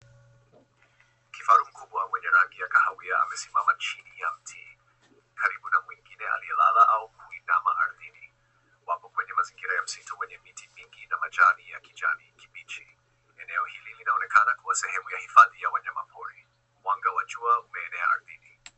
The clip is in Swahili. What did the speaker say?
Kifaru mkubwa mwenye rangi ya kahawia amesimama chinibya mti karibu na mwingine aliyelala au kuinama ardhini. Wako kwenye mazingira ya asili yenye miti mingi na majani ya kijani kibichi. Eneo hili linaonekana kuwa sehemu ya hifadhibya wanyamapori. Mwanga wa jua umeenea ardhini.